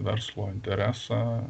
verslo interesą